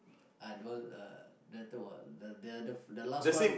I don't want ah later what the the the last one